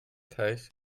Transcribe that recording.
teich